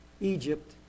Egypt